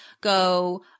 go